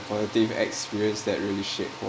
positive experience that really shaped